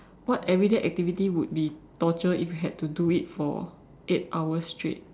what everyday activity would be torture if you had to do it for eight hours straight